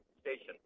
station